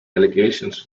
allegations